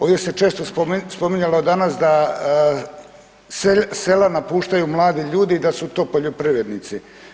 Ovdje se često spominjalo danas da sela napuštaju mladi ljudi i da su to poljoprivrednici.